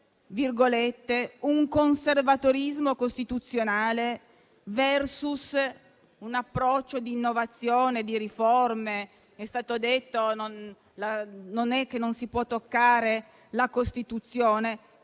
conservatorismo costituzionale a un approccio di innovazione, di riforme. È stato detto che non è che non si può toccare la Costituzione.